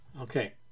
Okay